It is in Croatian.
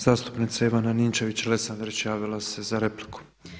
Zastupnica Ivana Ninčević-Lesandrić javila se za repliku.